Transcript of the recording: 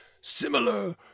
similar